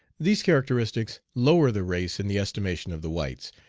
these characteristics lower the race in the estimation of the whites,